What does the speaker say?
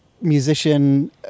musician